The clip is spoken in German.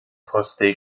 force